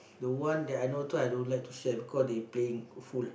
the one that I know to I don't like to share because they playing fool